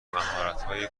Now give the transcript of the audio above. مهارتهای